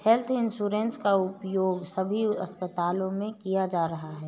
health insurance का उपयोग सभी अस्पतालों में किया जा रहा है